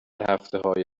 هفتههای